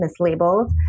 mislabeled